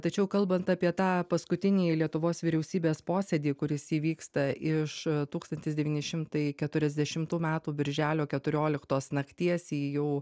tačiau kalbant apie tą paskutinįjį lietuvos vyriausybės posėdį kuris įvyksta iš tūkstantis devyni šimtai keturiasdešimtų metų birželio keturioliktos nakties į jau